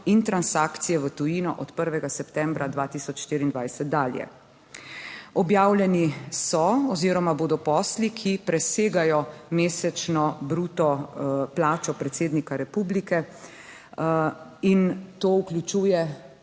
in transakcije v tujino Od 1. septembra 2024 dalje. Objavljeni so oziroma bodo posli, ki presegajo mesečno bruto plačo predsednika republike. In to vključuje,